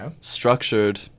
structured